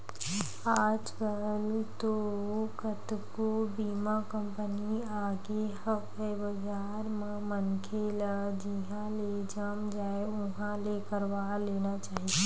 आजकल तो कतको बीमा कंपनी आगे हवय बजार म मनखे ल जिहाँ ले जम जाय उहाँ ले करवा लेना चाही